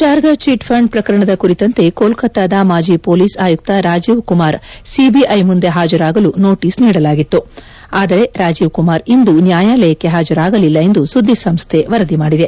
Sharada chit fund ಪ್ರಕರಣದ ಕುರಿತಂತೆ ಕೋಲ್ಲತ್ತಾದ ಮಾಜಿ ಪೊಲೀಸ್ ಆಯುಕ್ತ ರಾಜೀವ್ ಕುಮಾರ್ ಸಿಬಿಐ ಮುಂದೆ ಹಾಜರಾಗಲು ನೋಟೀಸ್ ನೀಡಲಾಗಿತ್ತು ಆದರೆ ರಾಜೀವ್ ಕುಮಾರ್ ಇಂದು ನ್ಯಾಯಾಲಯಕ್ಕೆ ಹಾಜರಾಗಲಿಲ್ಲ ಎಂದು ಸುದ್ದಿ ಸಂಸ್ಥೆ ವರದಿ ಮಾಡಿದೆ